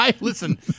Listen